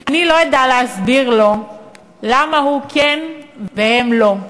אני לא אדע להסביר לו למה הוא כן והם לא.